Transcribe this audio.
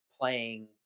playing